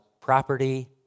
property